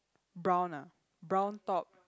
brown ah brown top